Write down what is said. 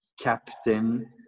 captain